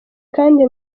kandi